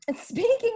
Speaking